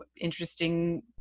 interesting